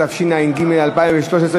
התשע"ג 2013,